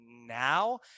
now